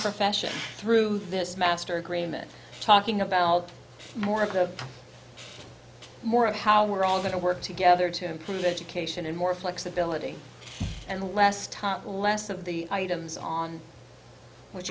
profession through this master agreement talking about more of the more of how we're all going to work together to improve education and more flexibility and less time less of the items on wh